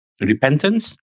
repentance